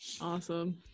awesome